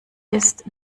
ist